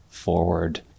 forward